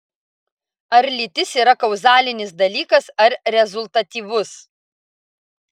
ar lytis yra kauzalinis dalykas ar rezultatyvus